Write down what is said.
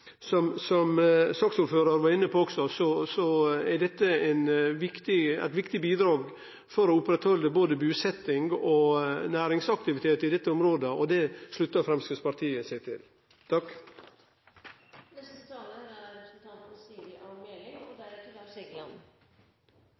petroleumsverksemda. Som saksordføraren var inne på, er dette eit viktig bidrag for å oppretthalde både busetting og næringsaktivitet i dette området, og det sluttar Framstegspartiet seg til. En viktig forutsetning for at Norge skal opprettholde et høyt produksjonsvolum for olje og gass fremover, er